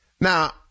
Now